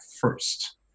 first